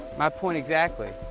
my point exactly.